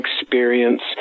experience